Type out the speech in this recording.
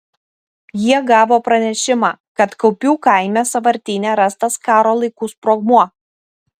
jie gavo pranešimą kad kaupių kaime sąvartyne rastas karo laikų sprogmuo